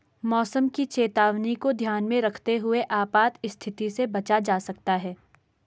मौसम की चेतावनी को ध्यान में रखते हुए आपात स्थिति से बचा जा सकता है